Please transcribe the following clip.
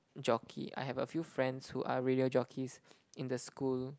jockey I have a few friends who are radio jockeys in the school